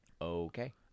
Okay